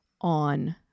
on